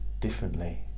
differently